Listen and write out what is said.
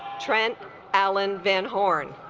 trent alan van horn